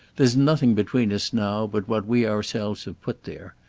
there's nothing between us now but what we ourselves have put there,